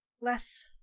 less